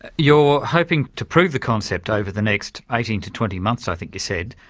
you're hoping to prove the concept over the next eighteen to twenty months, i think you said.